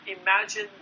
imagine